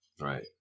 right